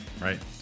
right